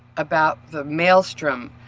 about the maelstrom,